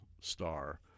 star